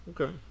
Okay